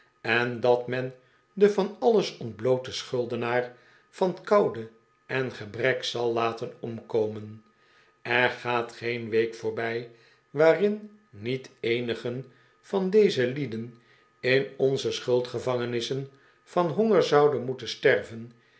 en dat men den van alles ontblooten schuldenaar van koude en gebrek zal laten omkomen er gaat geen week voorbij waarin niet eenigen van deze lieden in onze schuldgevangenissen van honger zouden moeten sterven